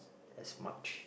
as much